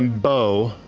um beau,